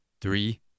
three